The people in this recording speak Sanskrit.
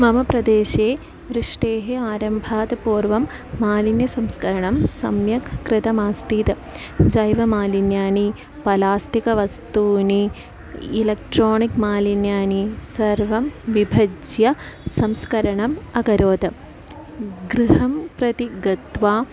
मम प्रदेशे वृष्टेः आरम्भात् पूर्वं मालिन्यसंस्करणं सम्यक् कृतम् आस्तीत् जैवमालिन्यानि प्लास्टिकवस्तूनि इलेक्ट्रानिक् मालिन्यानि सर्वं विभज्य संस्करणम् अकरोत् गृहं प्रति गत्वा